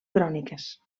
cròniques